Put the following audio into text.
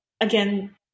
again